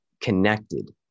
connected